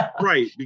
Right